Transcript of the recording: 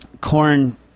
corn